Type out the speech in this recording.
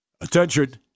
Attention